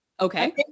Okay